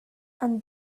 and